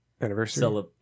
Anniversary